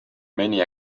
many